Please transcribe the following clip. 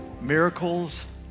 Miracles